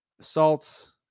assaults